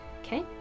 Okay